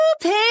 pig